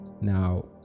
Now